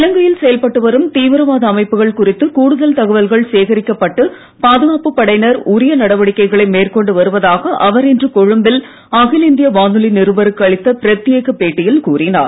இலங்கையில் செயல்பட்டு வரும் தீவிரவாத அமைப்புகள் குறித்து கூடுதல் தகவல்கள் சேகரிக்கப்பட்டு பாதுகாப்புப் படையினர் உரிய நடவடிக்கைகளை மேற்கொண்டு வருவதாக அவர் இன்று கொழும்பில் அகில இந்திய வானொலி நிருபருக்கு அளித்த பிரத்யேக பேட்டியில் கூறினார்